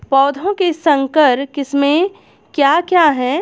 पौधों की संकर किस्में क्या क्या हैं?